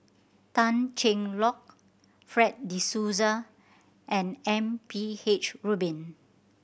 Tan Cheng Lock Fred De Souza and M P H Rubin